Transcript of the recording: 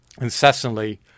incessantly